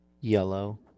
yellow